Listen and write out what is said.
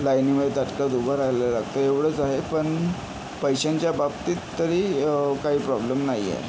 लाईनीमध्ये ताटकळत उभं रहायला लागतं एवढंच आहे पण पैशांच्या बाबतीत तरी काही प्रॉब्लेम नाही आहे